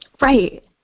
Right